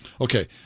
Okay